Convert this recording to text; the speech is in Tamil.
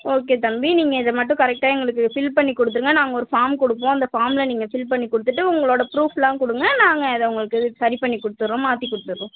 ஓகே தம்பி நீங்கள் இதை மட்டும் கரெக்ட்டாக எங்களுக்கு ஃபில் பண்ணி கொடுத்துருங்க நாங்கள் ஒரு ஃபார்ம் கொடுப்போம் அந்த ஃபார்மில் நீங்கள் ஃபில் பண்ணி கொடுத்துட்டு உங்களோட ப்ரூஃபெலாம் கொடுங்க நாங்கள் அதை உங்களுக்கு சரி பண்ணிக் கொடுத்துறோம் மாற்றிக் கொடுத்துறோம்